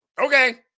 Okay